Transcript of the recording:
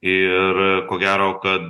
ir ko gero kad